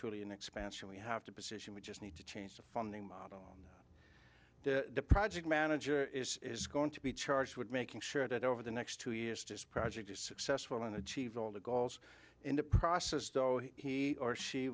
truly an expansion we have to position we just need to change the funding model the project manager is going to be charged with making sure that over the next two years just project is successful and achieve all the goals in the process he or she